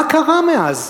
מה קרה מאז,